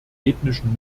ethnischen